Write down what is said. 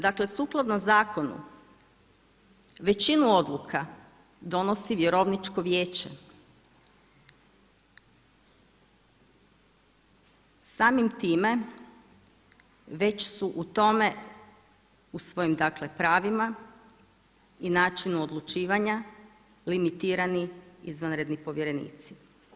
Dakle sukladno zakonu većinu odluka donosi vjerovničko vijeće, samim time već su u tome u svojim pravima i načinu odlučivanja limitirani izvanredni povjerenici.